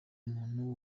muntu